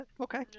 okay